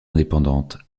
indépendante